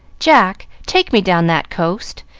jack, take me down that coast.